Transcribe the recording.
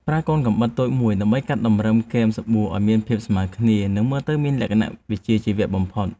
ប្រើកាំបិតតូចមួយដើម្បីកាត់តម្រឹមគែមសាប៊ូឱ្យមានភាពស្មើគ្នា និងមើលទៅមានលក្ខណៈវិជ្ជាជីវៈបំផុត។